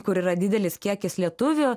kur yra didelis kiekis lietuvių